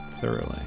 thoroughly